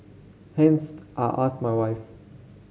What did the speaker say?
hence I asked my wife